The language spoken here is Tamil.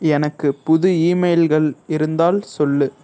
எனக்கு புது ஈமெயில்கள் இருந்தால் சொல்